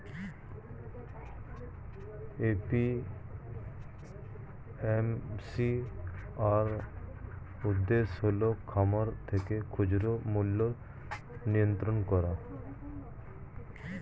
APMC এর উদ্দেশ্য হল খামার থেকে খুচরা মূল্যের নিয়ন্ত্রণ করা